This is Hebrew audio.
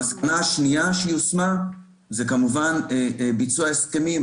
המסקנה השנייה שיושמה זה כמובן ביצוע הסכמים.